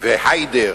והיידר